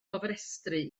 gofrestru